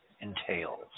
entails